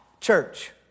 church